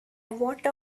water